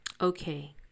okay